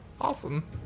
Awesome